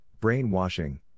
brainwashing